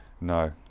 No